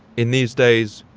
in these days,